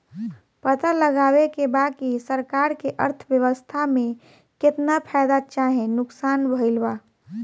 पता लगावे के बा की सरकार के अर्थव्यवस्था में केतना फायदा चाहे नुकसान भइल बा